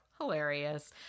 Hilarious